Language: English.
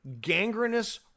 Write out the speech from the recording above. gangrenous